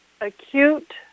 acute